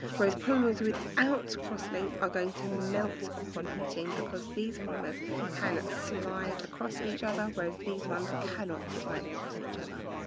whereas polymers without cross links are going to melt upon heating because these polymers can slide across each other, whereas these ones cannot slide across each other.